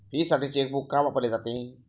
फीसाठी चेकबुक का वापरले जाते?